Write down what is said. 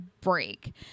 break